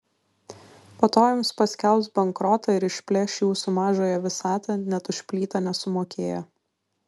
po to jums paskelbs bankrotą ir išplėš jūsų mažąją visatą net už plytą nesumokėję